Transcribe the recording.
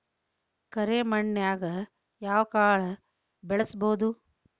ಕರೆ ಮಣ್ಣನ್ಯಾಗ್ ಯಾವ ಕಾಳ ಬೆಳ್ಸಬೋದು?